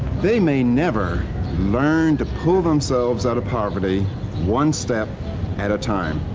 they may never learn to pull themselves out of poverty one step at a time.